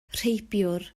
rheibiwr